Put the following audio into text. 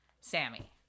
Sammy